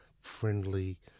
friendly